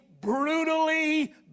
brutally